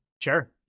Sure